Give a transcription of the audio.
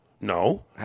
no